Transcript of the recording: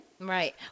Right